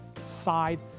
side